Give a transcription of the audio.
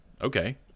okay